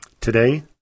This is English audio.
Today